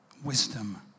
Wisdom